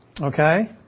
okay